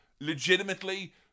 legitimately